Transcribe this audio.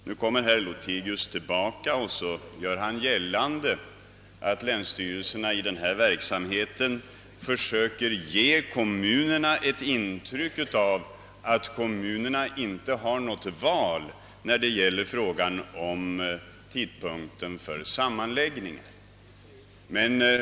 Nu kommer herr Lothigius tillbaka och påstår att länsstyrelserna i denna verksamhet försöker ge kommunerna intryck av att dessa ej har något val när det gäller tidpunkten för sammanläggning.